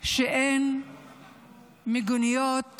שאין מיגוניות